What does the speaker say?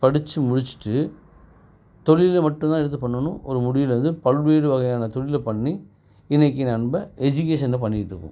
படிச்சி முடிச்சிட்டு தொழிலில் மட்டும் தான் எடுத்து பண்ணணும் ஒரு முடிவில் இருந்து பல்வேறு வகையான தொழிலை பண்ணி இன்னைக்கி நம்ம எஜிகேஷன் பண்ணிட்டுருக்கோம்